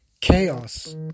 chaos